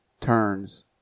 turns